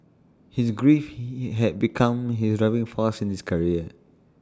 his grief he had become his driving force in his career